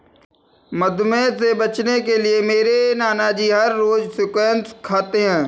मधुमेह से बचने के लिए मेरे नानाजी हर रोज स्क्वैश खाते हैं